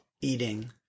eating